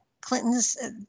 clinton's